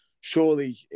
surely